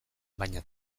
baina